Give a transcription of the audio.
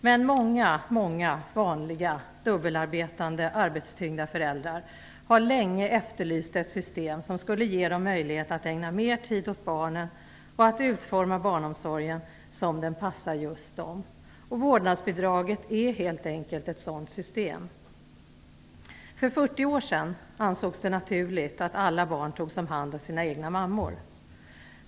Men många många vanliga dubbelarbetande, arbetstyngda föräldrar har länge efterlyst ett system som skulle ge dem möjlighet att ägna mer tid åt barnen och att utforma barnomsorgen som den passar just dem. Vårdnadsbidraget är helt enkelt ett sådant system. För 40 år sedan ansågs det naturligt att alla barn togs om hand av sina egna mammor.